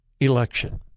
election